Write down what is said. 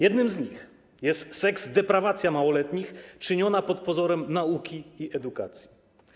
Jednym z nich jest seksdeprawacja małoletnich czyniona pod pozorem nauki i edukacji.